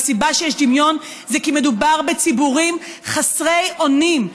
והסיבה שיש דמיון היא כי מדובר בציבורים חסרי אונים.